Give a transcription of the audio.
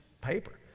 paper